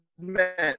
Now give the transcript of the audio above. meant